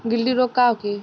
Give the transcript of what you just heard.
गिल्टी रोग का होखे?